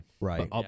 Right